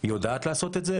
היא יודעת לעשות את זה,